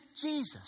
Jesus